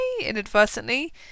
inadvertently